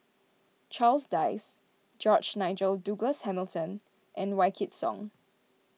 Charles Dyce George Nigel Douglas Hamilton and Wykidd Song